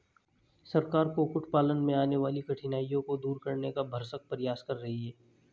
सरकार कुक्कुट पालन में आने वाली कठिनाइयों को दूर करने का भरसक प्रयास कर रही है